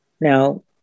Now